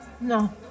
No